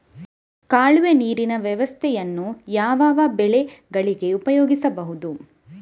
ಕಾಲುವೆ ನೀರಿನ ವ್ಯವಸ್ಥೆಯನ್ನು ಯಾವ್ಯಾವ ಬೆಳೆಗಳಿಗೆ ಉಪಯೋಗಿಸಬಹುದು?